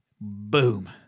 Boom